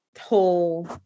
whole